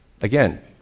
Again